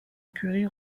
curie